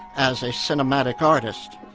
as a cinematic artist,